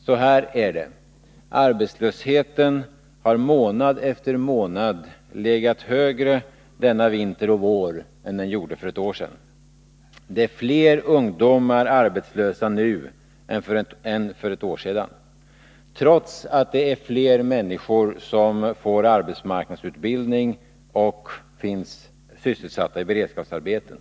Så här är det: Arbetslösheten har månad efter månad legat högre denna vinter och vår än den gjorde för ett år sedan, och det är fler ungdomar arbetslösa nu än för ett år sedan — trots att det är flera människor som får arbetsmarknadsutbildning och sysselsätts i beredskapsarbeten.